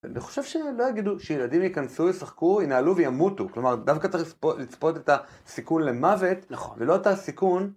אני חושב שלא יגידו שילדים ייכנסו, ישחקו, ינהלו וימותו, כלומר דווקא צריך לצפות את הסיכון למוות ולא את הסיכון